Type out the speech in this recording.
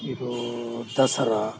ಇದು ದಸರಾ